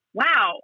wow